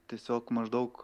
tiesiog maždaug